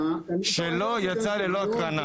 שלא יצא ללא הקרנה.